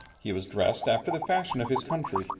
he was dressed after the fashion of his country,